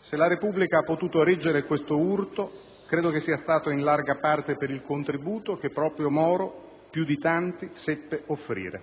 Se la Repubblica ha potuto reggere questo urto credo sia stato in larga parte per il contributo che proprio Moro, più di tanti, seppe offrire.